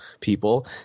people